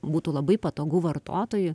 būtų labai patogu vartotojui